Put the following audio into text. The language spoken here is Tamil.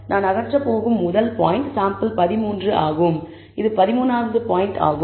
நான் அகற்றப் போகும் முதல் பாயிண்ட் சாம்பிள் 13 ஆகும் இது 13 வது பாயின்ட் ஆகும்